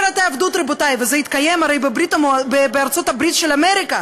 רבותי, וזה התקיים הרי בארצות-הברית של אמריקה,